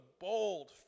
bold